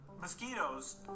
Mosquitoes